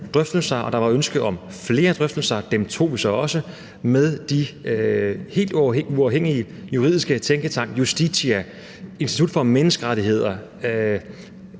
drøftelser, og der var ønske om flere drøftelser – og dem tog vi så også – med de helt uafhængige juridiske instanser og tænketanke. Justitia og Institut for Menneskerettigheder